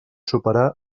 superar